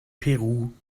peru